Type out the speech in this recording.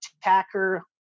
attacker